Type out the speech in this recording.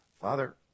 Father